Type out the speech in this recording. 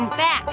back